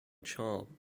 charm